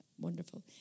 wonderful